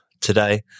today